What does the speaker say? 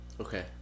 Okay